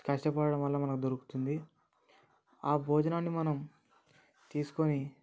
కష్ట పడడం వలన మనకు దొరుకుతుంది ఆ భోజనాన్ని మనం తీసుకొని